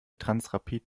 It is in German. transrapid